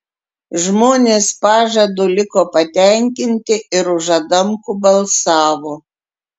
žmonės pažadu liko patenkinti ir už adamkų balsavo